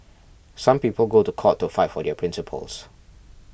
some people go to court to fight for their principles